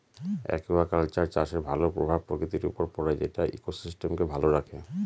aquaculture চাষের ভালো প্রভাব প্রকৃতির উপর পড়ে যেটা ইকোসিস্টেমকে ভালো রাখে